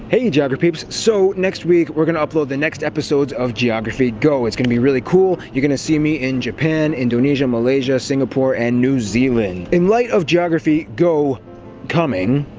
hey geograpeeps, so next week, we're going to upload the next episodes of geography go. it's going to be really cool you're going to see me in japan indonesia malaysia singapore and new zealand in light of geography go coming